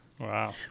Wow